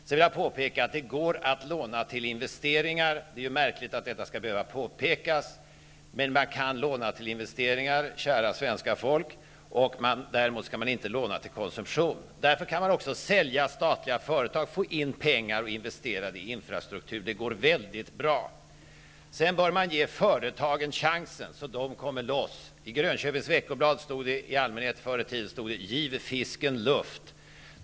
Sedan vill jag påpeka att det går att låna till investeringar. Det är märkligt att detta skall behöva påpekas. Men man kan låna till investeringar, kära svenska folk. Däremot kan man inte låna till konsumtion. Därför kan man också sälja statliga företag och få in pengar och investera dem i infrastrukturen. Det går väldigt bra. Sedan bör man ge företagen chansen så att de kommer loss. I Grönköpings veckoblad stod det förr i tiden: Giv fisken luft.